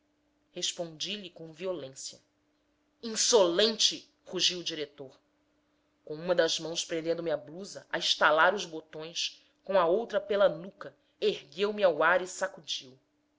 respondi-lhe com violência insolente rugiu o diretor com uma das mãos prendendo me a blusa a estalar os botões com a outra pela nuca ergueu me ao ar e sacudiu